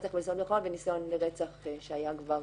רצח בנסיבות מחמירות וניסיון לרצח כמו